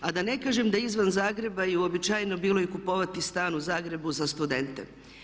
A da ne kažem da izvan Zagreba je uobičajeno bilo i kupovati stan u Zagrebu za studente.